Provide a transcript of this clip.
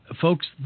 Folks